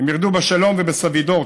הם ירדו בשלום ובסבידור,